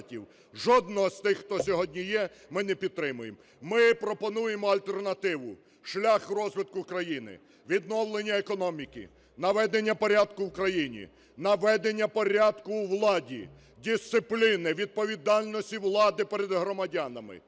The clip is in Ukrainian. жодного з тих, хто сьогодні є, ми не підтримуємо. Ми пропонуємо альтернативу – шлях розвитку країни: відновлення економіки, наведення порядку в країні, наведення порядку у владі, дисципліни, відповідальності влади перед громадянами.